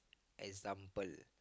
example